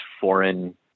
foreign